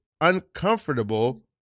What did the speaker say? uncomfortable